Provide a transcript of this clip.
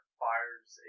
fires